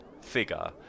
figure